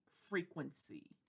frequency